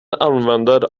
använder